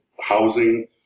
housing